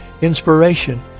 inspiration